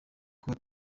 kuba